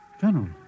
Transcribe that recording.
General